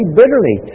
bitterly